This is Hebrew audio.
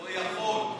לא יכול.